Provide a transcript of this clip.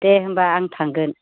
दे होमबा आं थांगोन